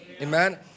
Amen